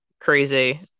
crazy